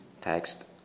text